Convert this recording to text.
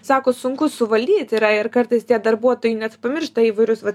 sako sunku suvaldyt yra ir kartais tie darbuotojai net pamiršta įvairius vat